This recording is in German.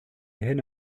henne